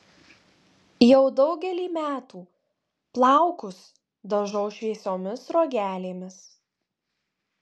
jau daugelį metų plaukus dažau šviesiomis sruogelėmis